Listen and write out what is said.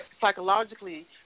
psychologically